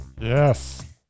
Yes